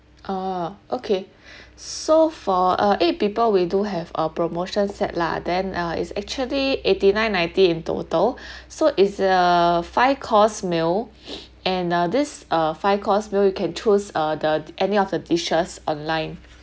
ah okay so for uh eight people we do have a promotion set lah then uh it's actually eighty nine ninety in total so it's a five course meal and uh this uh five course meal you can choose uh the any of the dishes online